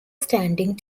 standing